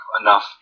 enough